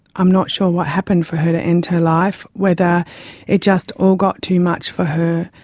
i'm not sure what happened for her to end her life, whether it just all got too much for her.